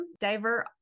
Divert